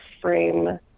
frame